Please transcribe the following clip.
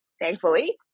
thankfully